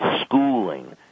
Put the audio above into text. schooling